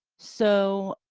so,